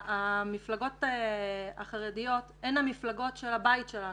המפלגות החרדיות הן המפלגות של הבית שלנו.